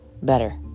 better